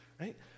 right